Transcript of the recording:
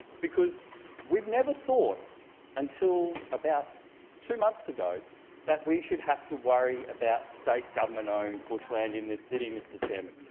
because we've never thought until about two months ago that we should have to worry about state government-owned bushland in this city, mr chairman.